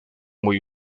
muy